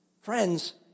Friends